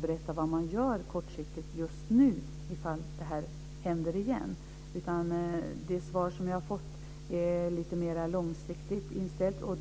berätta om vad som görs kortsiktigt om detta skulle hända igen när jag åker hem till Värmland. Det svar som jag har fått är mer långsiktigt.